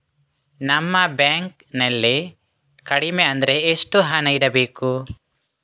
ನಮ್ಮ ಬ್ಯಾಂಕ್ ನಲ್ಲಿ ಕಡಿಮೆ ಅಂದ್ರೆ ಎಷ್ಟು ಹಣ ಇಡಬೇಕು?